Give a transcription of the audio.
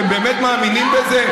אתם באמת מאמינים בזה,